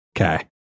Okay